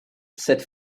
cette